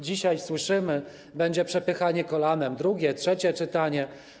Dzisiaj słyszymy, że będzie przepychanie kolanem, drugie, trzecie czytanie.